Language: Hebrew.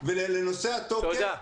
ולנושא התוקף -- תודה.